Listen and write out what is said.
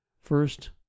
First